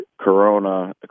corona